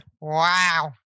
wow